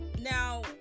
Now